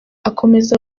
akomeza